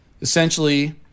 Essentially